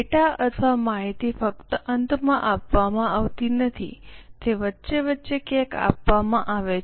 data અથવા માહિતી ફક્ત અંતમાં આપવામાં આવતી નથી તે વચ્ચે વચ્ચે ક્યાંક આપવામાં આવે છે